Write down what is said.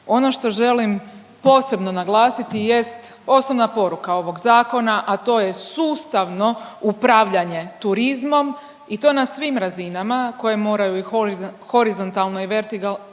Ono što želim posebno naglasiti jest osnovna poruka ovog Zakona, a to je sustavno upravljanje turizmom i to na svim razinama koje moraju i horizontalno i vertikalno